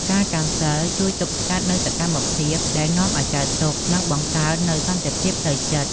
ការកាន់សីល ជួយទប់ស្កាត់នូវសកម្មភាពដែលនាំឱ្យកើតទុក្ខ និងបង្កើននូវសន្តិភាពផ្លូវចិត្ត។